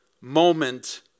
moment